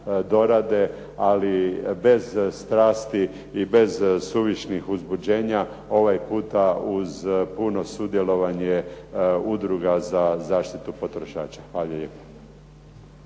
ali bez strasti i bez suvišnih uzbuđenja ovaj puta uz puno sudjelovanje udruga za zaštitu potrošača. Hvala lijepa.